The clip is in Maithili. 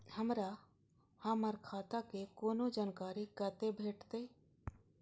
हमरा हमर खाता के कोनो जानकारी कते भेटतै